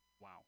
Wow